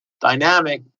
dynamic